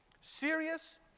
Serious